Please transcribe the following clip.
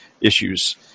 issues